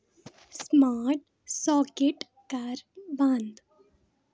smart socket کر بند